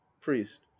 priest